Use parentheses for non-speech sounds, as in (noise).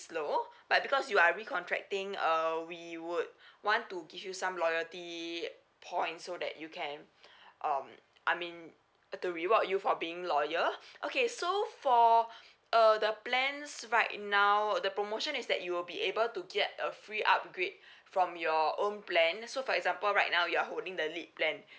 slow but because you are recontracting uh we would want to give you some loyalty points so that you can (breath) um I mean uh to reward you for being loyal (noise) okay so for (breath) (noise) uh the plans right now the promotion is that you'll be able to get a free upgrade from your own plan so for example right now you're holding the lit plan